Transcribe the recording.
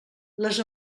les